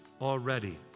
already